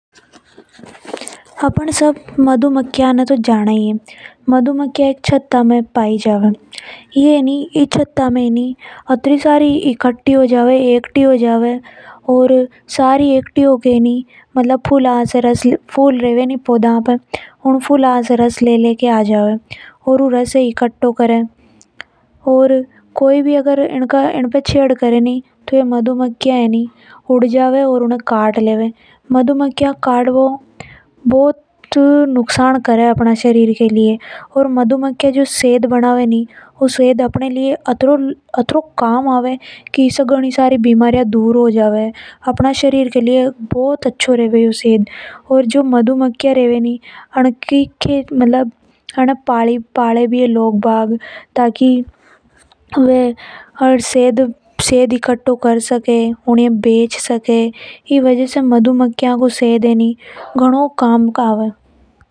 अपन सब मधुमक्खियां ने तो सब जाना ही है। ये एक छटा में पाई जावे। ये सब एक जागे एक्टई हो जावे और फूला से रस ले ले केन आवे। ये सब एकती होकेन शहद बनावे जो अपन सब के घनों काम आवे। अपन इनके हाथ लगा दा तो ये अपन ए काट लेवे। इनको काटबो घनों नुकसान पहुंचावे। जिसे अपन सब ये इनसे दूर रहना चाव है।